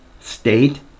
state